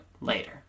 later